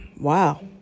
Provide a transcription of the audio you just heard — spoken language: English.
wow